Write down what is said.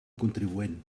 contribuent